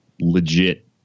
legit